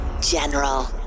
General